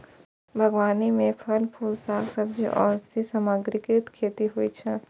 बागबानी मे फल, फूल, शाक, सब्जी आ औषधीय सामग्रीक खेती होइ छै